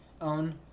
own